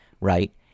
Right